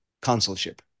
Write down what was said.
consulship